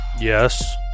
Yes